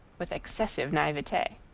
with excessive naivete.